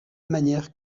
manière